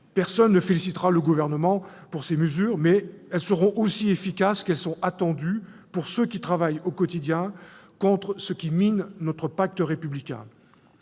personne ne félicitera le Gouvernement pour ces mesures, mais elles seront aussi efficaces qu'elles sont attendues par ceux qui travaillent au quotidien contre ce qui mine notre pacte républicain.